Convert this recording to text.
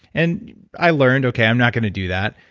and i learned, okay, i'm not going to do that.